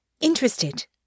interested